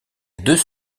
deux